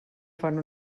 fan